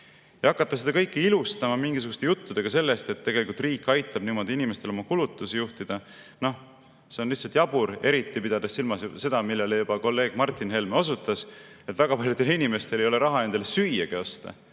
Hakata seda kõike ilustama mingisuguste juttudega sellest, et tegelikult riik aitab niimoodi inimestel oma kulutusi juhtida – noh, see on lihtsalt jabur, eriti pidades silmas seda, millele juba kolleeg Martin Helme osutas: väga paljudel inimestel ei ole raha endale süüa osta,